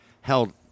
held